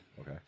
Okay